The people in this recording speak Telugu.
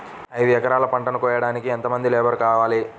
ఐదు ఎకరాల పంటను కోయడానికి యెంత మంది లేబరు కావాలి?